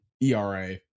ERA